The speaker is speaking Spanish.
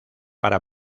para